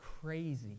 crazy